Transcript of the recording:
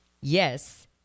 Yes